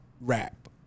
rap